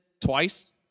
twice